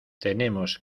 tenemos